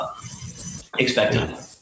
expected